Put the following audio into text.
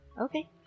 Okay